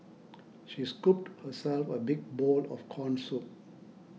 she scooped herself a big bowl of Corn Soup